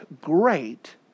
great